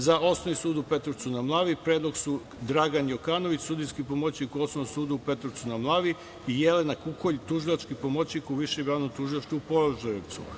Za osnovni sud u Petrovcu na Mlavi predlog su: Dragan Jokanović, sudijski pomoćnik u Osnovnom sudu u Petrovcu na Mlavi i Jelena Kukolj, tužilački pomoćnik u Višem javnom tužilaštvu u Požarevcu.